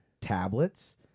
tablets